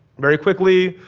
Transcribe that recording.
very quickly,